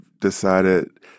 decided